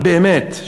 באמת,